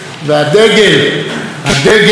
הדגל מאיים להיקרע.